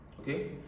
Okay